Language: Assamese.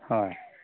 হয়